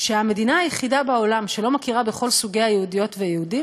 שהמדינה היחידה בעולם שלא מכירה בכל סוגי היהודיות והיהודים